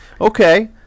okay